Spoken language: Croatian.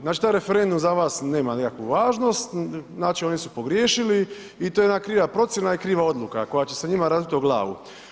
Znači taj referendum za vas nema nikakvu važnost, znači oni su pogriješili i to je jedna kriva procjena i kriva odluka koja će se njima razbiti o glavu.